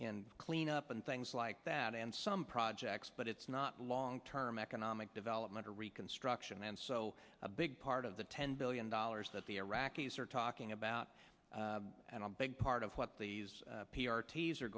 and clean up and things like that and some projects but it's not long term economic development or reconstruction and so a big part of the ten billion dollars that the iraqis are talking about and a big part of what these p r tees are